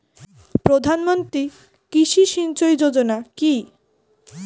প্রধানমন্ত্রী কৃষি সিঞ্চয়ী যোজনা কি?